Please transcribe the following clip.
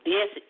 Yes